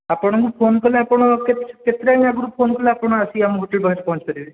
ଆପଣଙ୍କୁ ଫୋନ୍ କଲେ ଆପଣ କେତେ ଟାଇମ୍ରେ ଆପଣଙ୍କୁ ଫୋନ୍ କଲେ ଆପଣ ଆସିକି ଆମ ହୋଟେଲ୍ ପାଖରେ ପହଞ୍ଚିପାରିବେ